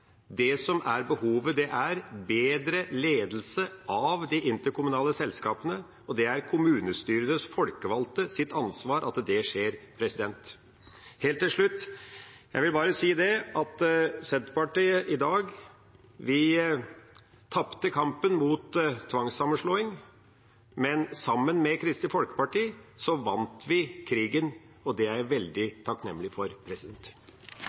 Det som er behovet, er bedre ledelse av de interkommunale selskapene, og det er kommunestyrenes folkevalgtes ansvar at det skjer. Helt til slutt vil jeg bare si at i dag tapte vi i Senterpartiet kampen mot tvangssammenslåing, men sammen med Kristelig Folkeparti vant vi krigen. Det er jeg veldig takknemlig for.